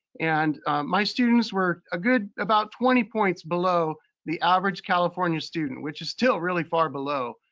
and my students were a good, about twenty points below the average california student, which is still really far below.